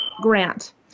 Grant